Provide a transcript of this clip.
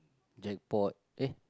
Jackpot eh